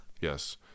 Yes